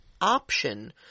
option